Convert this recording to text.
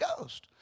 Ghost